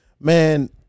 man